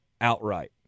outright